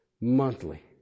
monthly